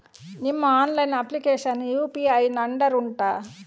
ನಿಮ್ಮ online application UPI ನ under ಉಂಟಾ